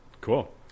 Cool